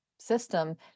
system